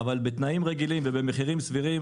אבל בתנאים רגילים ובמחירים סבירים